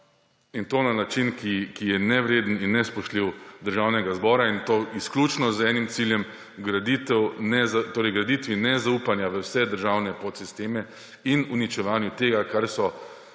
in to na način, ki je nevreden in nespoštljiv Državnega zbora, in to izključno z enim ciljem, graditvi nezaupanja v vse državne podsisteme in uničevanju tega, kar so